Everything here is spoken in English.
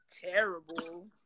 terrible